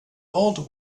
old